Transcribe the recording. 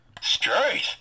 Straight